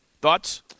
Thoughts